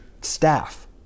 staff